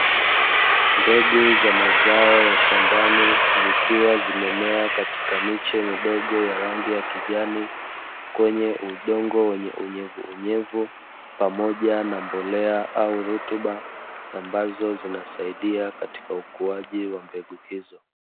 Mbegu za mazao ya shambani zikiwa zimemea katika miche midogo ya rangi ya kijani kwenye udongo wenye unyevuunyevu pamoja na mbolea au rutuba ambazo zinasaidia katika ukuaji wa mbegu hizo.